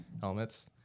Helmets